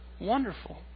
wonderful